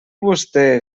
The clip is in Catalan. vostè